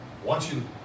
Watching